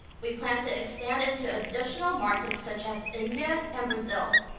we plan to expand into additional markets, such as india and brazil,